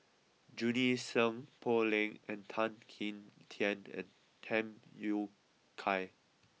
Junie Sng Poh Leng Tan Kim Tian and Tham Yui Kai